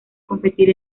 competir